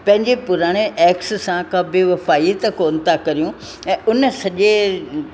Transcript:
पंहिंजे पुराणे एक्स सां का बेवफाईअ त कोन था करियूं ऐं हुन सॼे